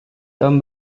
tom